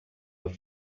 have